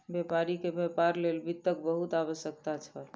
व्यापारी के व्यापार लेल वित्तक बहुत आवश्यकता छल